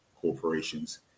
corporations